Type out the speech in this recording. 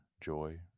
Joy